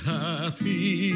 happy